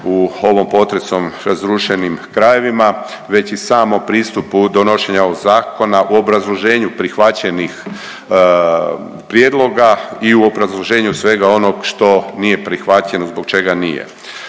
u ovom potresom razrušenim krajevima, već i samo pristupu donošenja ovog Zakona u obrazloženju prihvaćenih prijedloga i u obrazloženju svega onog što nije prihvaćeno, zbog čega nije.